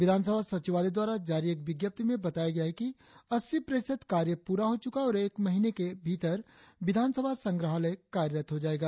विधानसभा सचिवालय द्वारा जारी एक विज्ञप्ति में बताया गया है कि अस्सी प्रतिशत कार्य पूरा हो चुका है और एक महीने में विधानसभा संग्रहालय कार्यरत हो जायेगा